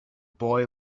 boy